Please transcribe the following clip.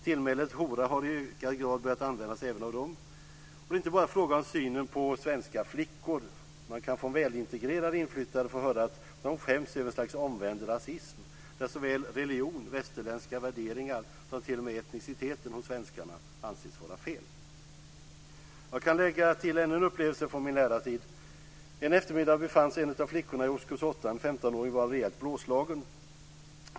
Tillmälet hora har i ökad grad börjat användas även av dem. Det är inte bara fråga om synen på svenska flickor - man kan från välintegrerade inflyttade höra att de skäms över något slags omvänd rasism där såväl religion och västerländska värderingar som t.o.m. etniciteten hos svenskarna anses vara fel. Jag kan lägga till ännu en upplevelse från min lärartid. En eftermiddag befanns en av flickorna i årskurs åtta - en 15-åring - vara rejält blåslagen.